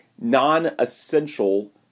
non-essential